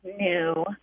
new